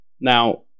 Now